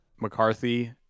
McCarthy